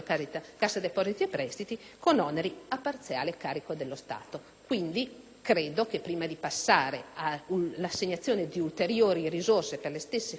credo che prima di passare all'assegnazione di ulteriori risorse per le stesse finalità, poteva rendersi del tutto opportuno una *due diligence* normale per capire